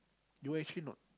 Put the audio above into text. you actually not